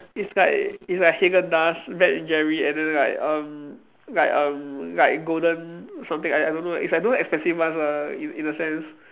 it's like it's like Haagen Dazs Ben and Jerry and then like um like um like golden something like that I don't know it's like those expensive ones lah in in a sense